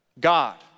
God